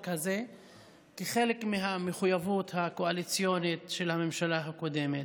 הזה כחלק מהמחויבות הקואליציונית של הממשלה הקודמת.